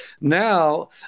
Now